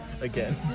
Again